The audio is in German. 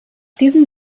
diesem